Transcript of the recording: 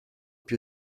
più